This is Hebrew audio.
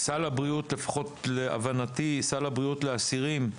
לפחות להבנתי, סל הבריאות לאסירים,